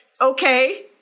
Okay